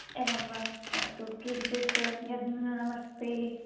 एवं वा अस्तु किञ्चित् यद् न्यूनमस्ति